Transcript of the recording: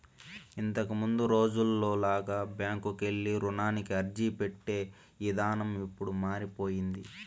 ఇంతకముందు రోజుల్లో లాగా బ్యాంకుకెళ్ళి రుణానికి అర్జీపెట్టే ఇదానం ఇప్పుడు మారిపొయ్యింది